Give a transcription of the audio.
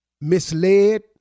misled